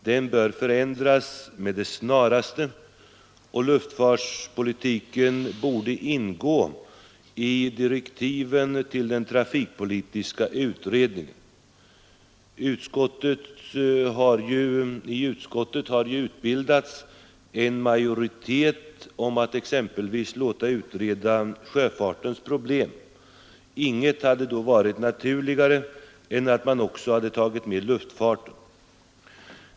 Den bör förändras med det snaraste, och luftfartspolitiken borde ingå i direktiven till den trafikpolitiska utredningen. I utskottet har ju utbildats en majoritet om att exempelvis låta utreda sjöfartens problem. Inget hade varit naturligare än att man då också tagit med luftfarten.